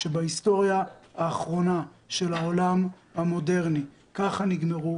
שבהיסטוריה האחרונה של העולם המודרני ככה נגמרו